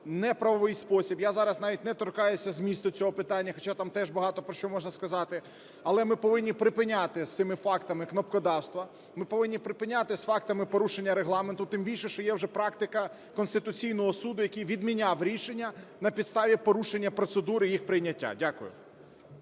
неправовий спосіб. Я зараз навіть не торкаюся змісту цього питання, хоча там теж багато про що можна сказати. Але ми повинні припиняти з цими фактами кнопкодавства, ми повинні припиняти з фактами порушення Регламенту, тим більше, що є вже практика Конституційного Суду, який відміняв рішення на підставі порушення процедури їх прийняття. Дякую.